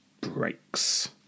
breaks